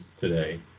today